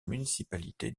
municipalité